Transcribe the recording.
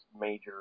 major